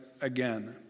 again